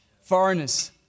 Foreigners